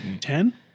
Ten